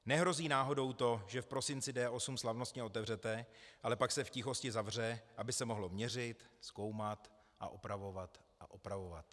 Nehrozí náhodou to, že v prosinci D8 slavnostně otevřete, ale pak se v tichosti zavře, aby se mohlo měřit, zkoumat a opravovat a opravovat?